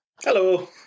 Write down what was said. Hello